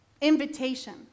invitation